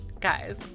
guys